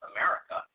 America